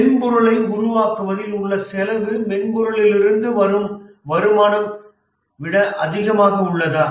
மென்பொருளை உருவாக்குவதில் உள்ள செலவு மென்பொருளிலிருந்து வரும் வருமானத்தை விட அதிகமாக உள்ளதா